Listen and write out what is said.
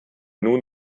nun